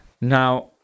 now